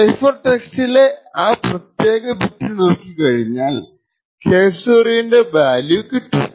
cipher ടെക്സ്റ്റിലെ ആ പ്രത്യേക ബിറ്റ് നോക്കി കഴിഞ്ഞാൽ K0 ന്റെ വാല്യൂ കിട്ടും